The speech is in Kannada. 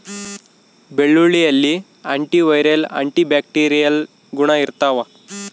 ಬೆಳ್ಳುಳ್ಳಿಯಲ್ಲಿ ಆಂಟಿ ವೈರಲ್ ಆಂಟಿ ಬ್ಯಾಕ್ಟೀರಿಯಲ್ ಗುಣ ಇರ್ತಾವ